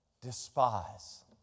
despise